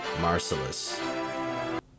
marcellus